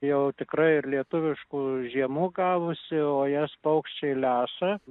jau tikrai ir lietuviškų žiemų gavusi o jas paukščiai lesa